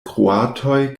kroatoj